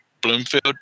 Bloomfield